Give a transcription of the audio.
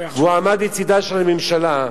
והוא עמד לצדה של הממשלה.